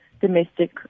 domestic